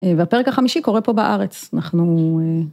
והפרק החמישי קורה פה בארץ, אנחנו...